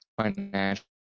financial